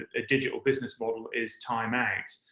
a digital business model, is time out.